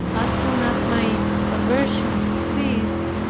as soon as my aversion ceased,